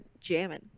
jamming